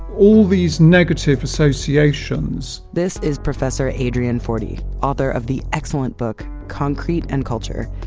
all these negative associations this is professor adrian forty. author of the excellent book concrete and culture.